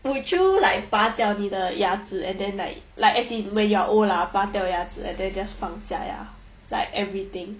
would you like 拔掉你的牙齿 and then like like as in when you're old lah 拔掉牙齿 and then 放假牙 like everything